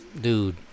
dude